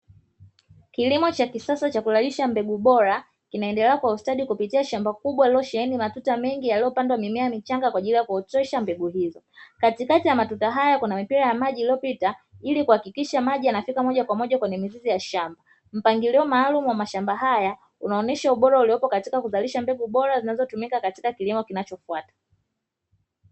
Kilimo cha kisasa cha kuzalisha mbegu bora kinaendelea kwa ustadi kupitia shamba kubwa lililosheheni matuta mengi yaliyopandwa mimea michanga kwa ajili ya kuotesha mbegu hizo, katikati ya matuta haya kuna mipira ya maji inayopita ili kuhakikisha maji yanapita moja kwa moja kwenye mizizi ya shamba, mpangilio maalumu wa mashamba hayo unaonyesha ubora ulipo katika kuzalisha mbegu bora zinazotumika katika kilimo kinachofuata.